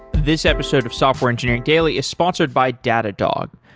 this episode of software engineering daily is sponsored by datadog.